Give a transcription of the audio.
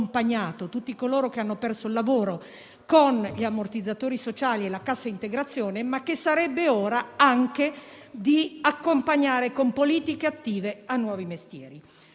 tutti coloro che hanno perso il lavoro (mi riferisco agli ammortizzatori sociali e alla cassa integrazione) ma che sarebbe ora anche di accompagnare, con politiche attive, a nuovi mestieri.